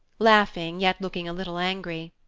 laughing, yet looking a little angry.